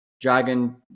dragon